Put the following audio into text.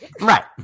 Right